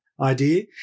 idea